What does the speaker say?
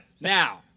Now